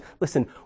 listen